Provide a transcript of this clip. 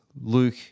Luke